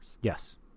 Yes